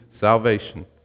Salvation